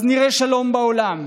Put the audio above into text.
אז נראה שלום בעולם.